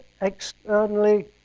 externally